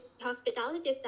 hospitality